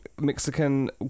Mexican